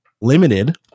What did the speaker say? Limited